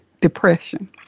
depression